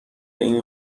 این